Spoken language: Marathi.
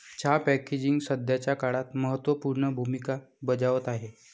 चहा पॅकेजिंग सध्याच्या काळात महत्त्व पूर्ण भूमिका बजावत आहे